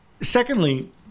Secondly